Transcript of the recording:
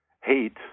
hate